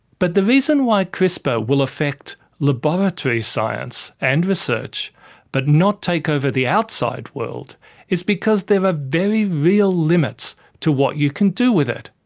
but the reason why crispr will affect laboratory science and research but not take over the outside world is because there are very real limits to what you can do with it.